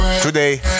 today